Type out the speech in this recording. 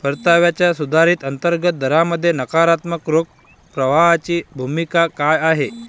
परताव्याच्या सुधारित अंतर्गत दरामध्ये नकारात्मक रोख प्रवाहाची भूमिका काय आहे?